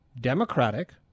democratic